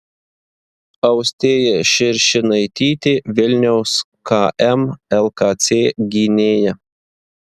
austėja širšinaitytė vilniaus km lkc gynėja